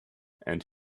and